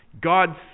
God